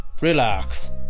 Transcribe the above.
relax